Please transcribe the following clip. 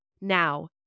Now